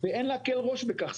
אין להקל ראש בכך.